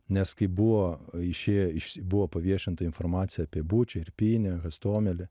nes kai buvo išėję iš buvo paviešinta informacija apie bučią irpynę gastomelį